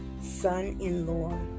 son-in-law